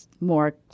more